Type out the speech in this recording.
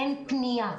אין פנייה,